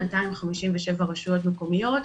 257 רשויות מקומיות.